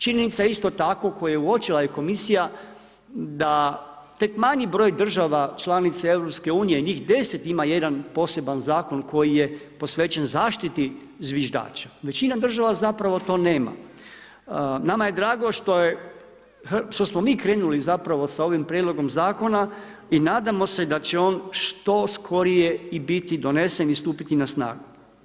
Činjenica je isto tako, koju je uočila i komisija, da tek manji broj država članica EU, njih 10 ima jedan poseban zakon koji je posvećen zaštiti zviždača, većina država zapravo to nema. nama je drago što smo mi krenuli zapravo sa ovim prijedlogom zakona i nadamo se da će on što skorije i biti donesen i stupiti na snagu.